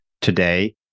today